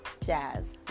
Jazz